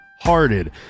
Hearted